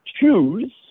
choose